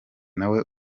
nawe